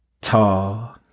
tall